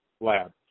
lab